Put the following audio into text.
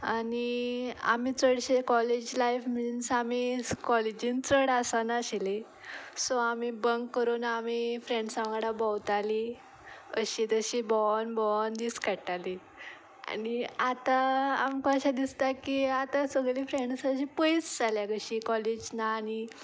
आनी आमी चडशे कॉलेज लायफ मिन्स आमी कॉलेजींत चड आसनाशिल्लीं सो आमी बंक करून आमी फ्रेंड्सां वांगडा भोंवतालीं अशीं तशीं भोवन भोवन दीस काडटालीं आनी आतां आमकां अशें दिसता की आतां सगळीं फ्रेंड्सां अशीं पयस जाल्यां कशीं कॉलेज ना आनी